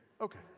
Okay